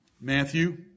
Matthew